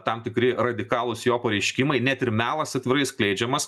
tam tikri radikalūs jo pareiškimai net ir melas atvirai skleidžiamas